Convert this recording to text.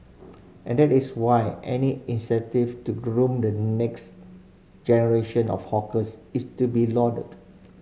and that is why any initiative to groom the next generation of hawkers is to be lauded